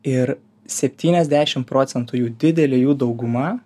ir septyniasdešim procentų didelė jų dauguma